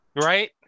Right